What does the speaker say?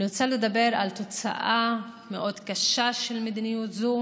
אני רוצה לדבר על תוצאה מאוד קשה של מדיניות זו